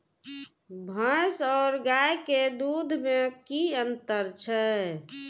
भैस और गाय के दूध में कि अंतर छै?